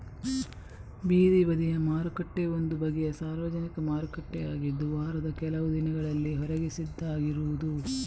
ಬೀದಿ ಬದಿಯ ಮಾರುಕಟ್ಟೆ ಒಂದು ಬಗೆಯ ಸಾರ್ವಜನಿಕ ಮಾರುಕಟ್ಟೆ ಆಗಿದ್ದು ವಾರದ ಕೆಲವು ದಿನಗಳಲ್ಲಿ ಹೊರಗೆ ಸಿದ್ಧ ಆಗಿರುದು